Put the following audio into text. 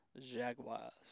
Jaguars